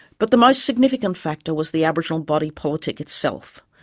but the most significant factor was the aboriginal body politic itself.